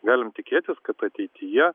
galim tikėtis kad ateityje